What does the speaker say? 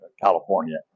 California